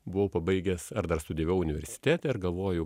buvau pabaigęs ar dar studijavau universitete ir galvoju